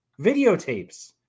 Videotapes